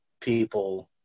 people